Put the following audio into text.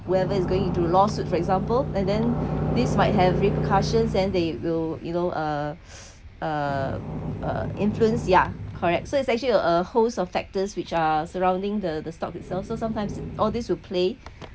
whoever is going into lawsuit for example and then this might have repercussions then they will you know uh uh influence ya correct so it's actually a a host of factors which are surrounding the the stock itself so sometimes in all this will play